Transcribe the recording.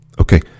Okay